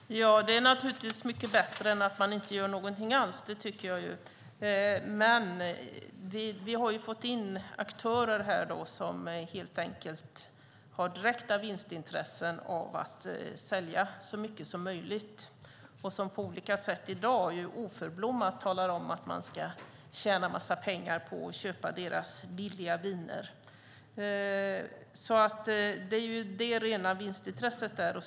Herr talman! Det är naturligtvis mycket bättre än att man inte gör någonting alls. Men vi har fått in aktörer som helt enkelt har direkta vinstintressen av att sälja så mycket som möjligt och som på olika sätt i dag oförblommerat talar om att man ska tjäna en massa pengar på att köpa deras billiga viner. Det är alltså ett rent vinstintresse.